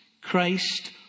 Christ